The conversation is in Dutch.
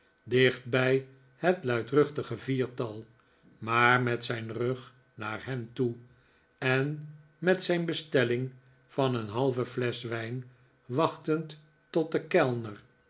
bij het luidruchtipe viertal maar met zijn rug naar hen toe en met zijn bestelling van een halve flesch wijn wachtend tot de kellner